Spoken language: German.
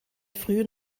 frühen